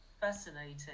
Fascinating